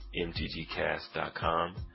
mtgcast.com